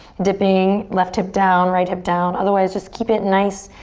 dipping left hip down, right hip down. otherwise just keep it nice,